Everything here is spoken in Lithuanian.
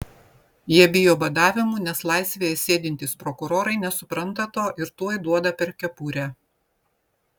jie bijo badavimų nes laisvėje sėdintys prokurorai nesupranta to ir tuoj duoda per kepurę